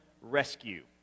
rescue